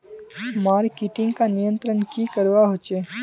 Marketing का नियंत्रण की करवा होचे?